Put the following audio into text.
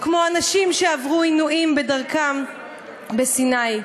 כמו אנשים שעברו עינויים בדרכם בסיני.